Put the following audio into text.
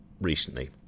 recently